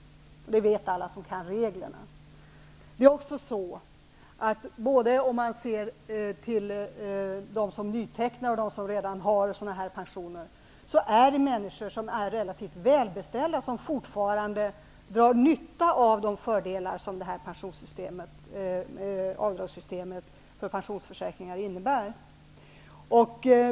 De vet alla som kan reglerna. Både de som nytecknar och de som redan har sådana här pensioner är människor som är relativt välbeställda och som fortfarande drar nytta av de fördelar som rätten till avdrag för pensionsförsäkringar innebär.